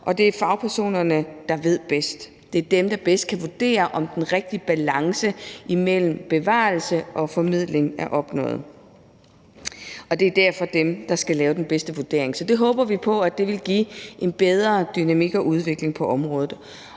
og det er fagpersonerne, der ved bedst. Det er dem, der bedst kan vurdere, om den rigtige balance mellem bevarelse og formidling er opnået. Det er derfor også dem, der skal lave den vurdering. Det håber vi på vil give en bedre dynamik og udvikling på området.